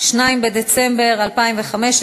2 בדצמבר 2015,